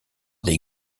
des